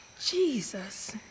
Jesus